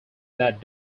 that